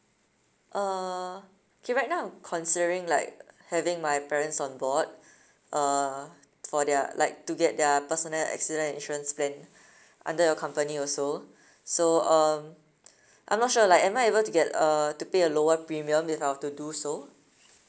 uh okay right now I'm considering like having my parents on board uh for their like to get their personal accident insurance plan under your company also so um I'm not sure like am I able to get uh to pay a lower premium if I were to do so